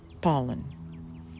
pollen